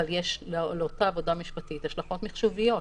אבל יש לאותה עבודה משפטית השלכות מחשוביות.